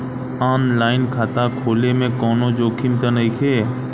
आन line खाता खोले में कौनो जोखिम त नइखे?